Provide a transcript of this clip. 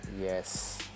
Yes